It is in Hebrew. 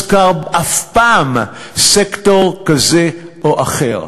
ולא הוזכר אף פעם סקטור כזה או אחר.